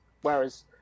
whereas